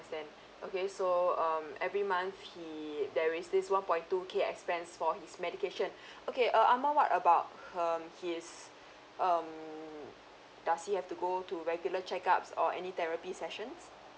okay so um every month he there is this one point two K expense for his medication okay uh amar what about her um his um does he have to go to regular check ups or any therapy sessions